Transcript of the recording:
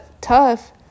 tough